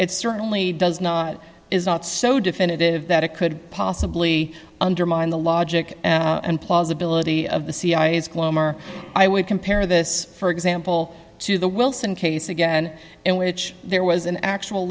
it certainly does not is not so definitive that it could possibly undermine the logic and plausibility of the cia's glow or i would compare this for example to the wilson case again in which there was an actual